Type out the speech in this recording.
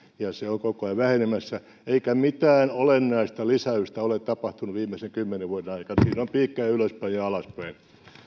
se on koko ajan vähenemässä eikä mitään olennaista lisäystä ole tapahtunut viimeisen kymmenen vuoden aikana siinä on piikkejä ylöspäin ja alaspäin